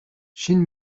шинэ